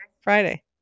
Friday